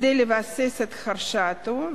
כדי לבסס את הרשעתו.